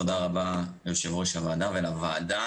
תודה רבה ליושב-ראש הוועדה ולוועדה.